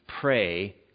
pray